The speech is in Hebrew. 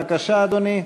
בבקשה, אדוני.